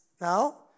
now